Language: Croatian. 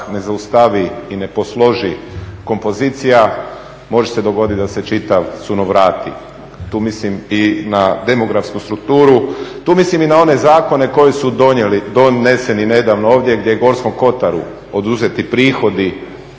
ne zaustavi i ne posloži kompozicija može se dogoditi da se čitav sunovrati. Tu mislim i na demografsku strukturu, tu mislim i na one zakone koji su doneseni nedavno ovdje gdje je Gorskom Kotaru oduzeti prihodi